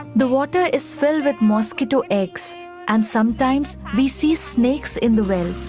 the water is filled with mosquito eggs and, sometimes, we see snakes in the well.